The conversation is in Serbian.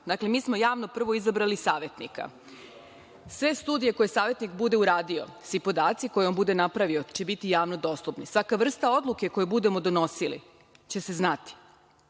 slučaj. Mi smo javno prvo izabrali savetnika. Sve studije koje savetnik bude uradio, svi podaci koje on bude napravio, će biti javno dostupni. Svaka vrsta odluke koju budemo donosili, će se znati.